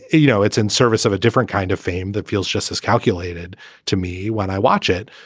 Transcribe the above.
you know, it's in service of a different kind of fame that feels just as calculated to me when i watch it.